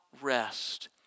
rest